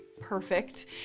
perfect